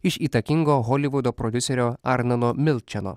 iš įtakingo holivudo prodiuserio arnano milčeno